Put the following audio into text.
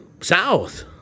south